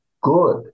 good